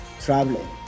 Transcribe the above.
traveling